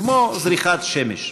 כמו זריחת שמש.